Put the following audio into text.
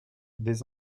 des